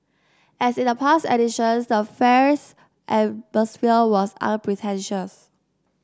as in the past editions the fairs atmosphere was unpretentious